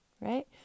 Right